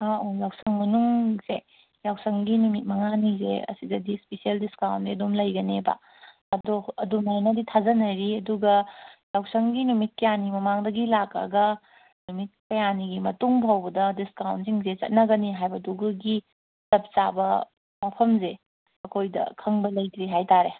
ꯌꯥꯎꯁꯪ ꯃꯅꯨꯡꯁꯦ ꯌꯥꯎꯁꯪꯒꯤ ꯅꯨꯃꯤꯠ ꯃꯉꯥꯅꯤꯁꯦ ꯑꯁꯤꯗꯗꯤ ꯏꯁꯄꯤꯁꯦꯜ ꯗꯤꯁꯀꯥꯎꯟꯗꯤ ꯑꯗꯨꯝ ꯂꯩꯒꯅꯦꯕ ꯑꯗꯣ ꯑꯗꯨꯃꯥꯏꯅꯗꯤ ꯊꯥꯖꯅꯔꯤ ꯑꯗꯨꯒ ꯌꯥꯎꯁꯪꯒꯤ ꯅꯨꯃꯤꯠ ꯀꯌꯥꯅꯤ ꯃꯃꯥꯡꯗꯒꯤ ꯂꯥꯛꯂꯒ ꯅꯨꯃꯤꯠ ꯀꯌꯥꯅꯤꯒꯤ ꯃꯇꯨꯡ ꯐꯥꯎꯕꯗ ꯗꯤꯁꯀꯥꯎꯟꯁꯤꯡꯁꯦ ꯆꯠꯅꯒꯅꯤ ꯍꯥꯏꯕꯗꯨꯒꯒꯤ ꯆꯞ ꯆꯥꯕ ꯋꯥꯐꯝꯁꯦ ꯑꯩꯈꯣꯏꯗ ꯈꯪꯕ ꯂꯩꯇ꯭ꯔꯤ ꯍꯥꯏꯇꯥꯔꯦ